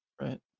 Right